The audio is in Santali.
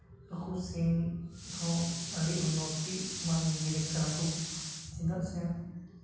ᱱᱩᱠᱩ ᱥᱤᱢ ᱦᱚᱸ ᱟᱹᱰᱤ ᱩᱱᱱᱚᱛᱤ ᱮᱢᱟᱱ ᱡᱤᱱᱤᱥ ᱠᱟᱱᱟ ᱠᱚ ᱪᱮᱫᱟᱜ ᱥᱮ